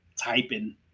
typing